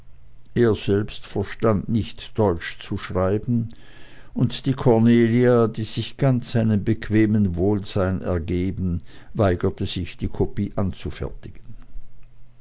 er selbst verstand nicht deutsch zu schreiben und die cornelia die sich ganz einem bequemen wohlsein ergeben weigerte sich die kopie anzufertigen